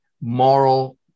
moral